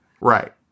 right